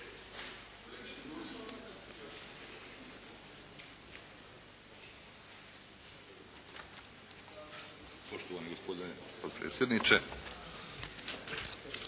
Poštovani gospodine potpredsjedniče,